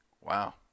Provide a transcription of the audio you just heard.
Wow